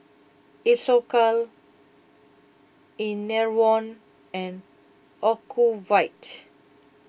Isocal Enervon and Ocuvite